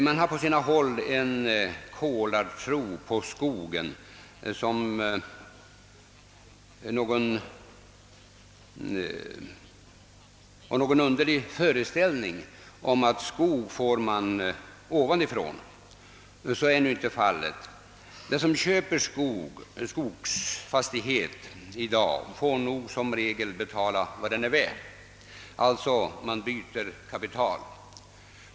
Man har på sina håll en kolartro till skogen, en underlig föreställning om att skog får man från ovan. Så är nu inte fallet. Den som köper en skogsfastighet får som regel betala vad den är värd. Man byter alltså kapital.